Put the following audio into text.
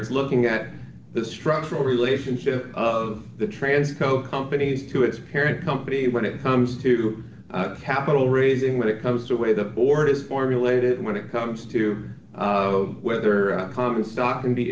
is looking at the structural relationship of the transco companies to its parent company when it comes to capital raising when it comes to way the board is formulated when it comes to whether a common stock can be